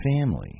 family